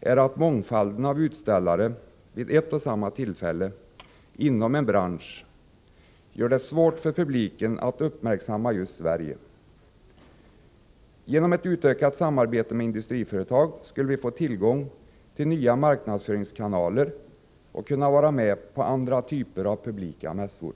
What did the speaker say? är att mångfalden av utställare vid ett och samma tillfälle inom en bransch gör det svårt för publiken att uppmärksamma just Sverige. Genom ett utökat samarbete med industriföretag skulle vi få tillgång till nya marknadsföringskanaler och kunna vara med på andra typer av publika mässor.